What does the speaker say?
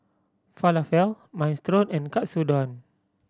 Falafel Minestrone and Katsudon